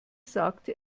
sagte